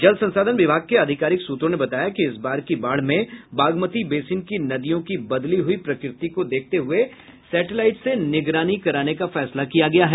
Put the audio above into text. जल संसाधन विभाग के आधिकारिक सूत्रों ने बताया कि इस बार की बाढ़ में बागमती बेसिन की नदियों की बदली हुई प्रकृति को देखते हुये सेटेलाईट से निगरानी कराने का फैसला किया गया है